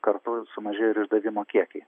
kartu sumažėjo ir išdavimo kiekiai